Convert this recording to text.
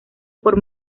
por